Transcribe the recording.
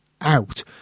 out